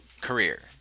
career